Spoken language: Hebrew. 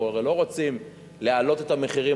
אנחנו הרי לא רוצים להעלות את המחירים